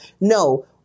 No